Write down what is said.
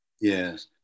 Yes